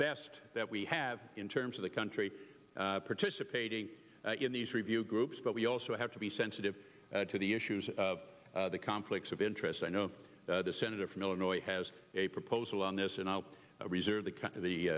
best that we have in terms of the country participating in these review groups but we also have to be sensitive to the issues of the conflicts of interest i know the senator from illinois has a proposal on this and i'll reserve the